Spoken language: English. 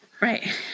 right